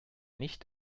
nicht